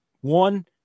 One